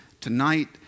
tonight